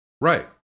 Right